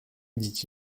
dit